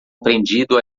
aprendido